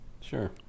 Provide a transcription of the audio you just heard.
Sure